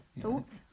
thoughts